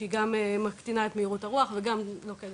אנחנו נוכל